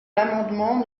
l’amendement